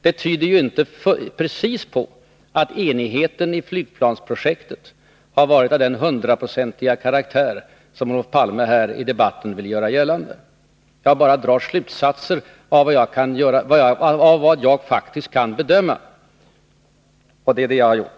Det tyder inte precis på att enigheten beträffande flygplansprojektet varit av den hundraprocentiga karaktär som Olof Palme här i debatten vill göra gällande. Jag drar bara slutsatser av vad jag faktiskt kan bedöma — det är vad jag har gjort.